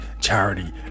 charity